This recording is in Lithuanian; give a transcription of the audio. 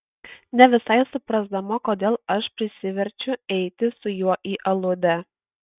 ne visai suprasdama kodėl aš prisiverčiu eiti su juo į aludę